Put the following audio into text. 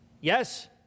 Yes